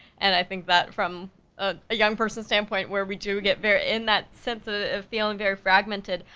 and i think that from a young person's standpoint, where we do get very, in that sense ah of feeling very fragmented,